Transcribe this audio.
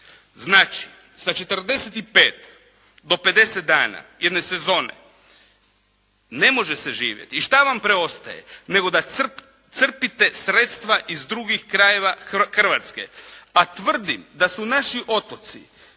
Znači, sa 45 do 50 dana jedne sezone ne može se živjeti. I šta vam preostaje nego da crpite sredstva iz drugih krajeva Hrvatske. A tvrdim da su naši otoci